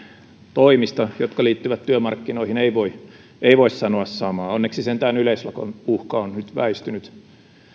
toimista jotka liittyvät työmarkkinoihin ei voi sanoa samaa onneksi sentään yleislakon uhka on nyt väistynyt